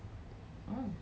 have you tried